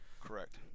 Correct